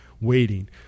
waiting